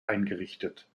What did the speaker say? eingerichtet